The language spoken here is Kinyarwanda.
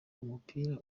umupira